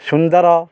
ସୁନ୍ଦର